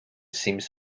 seems